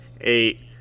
eight